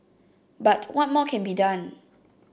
but what more can be done